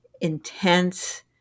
intense